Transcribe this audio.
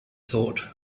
thought